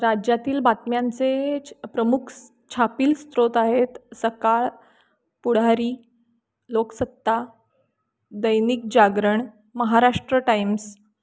राज्यातील बातम्यांचे छ प्रमुख छापिल स्त्रोत आहेत सकाळ पुढारी लोकसत्ता दैनिक जागरण महाराष्ट्र टाईम्स